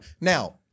Now